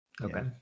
Okay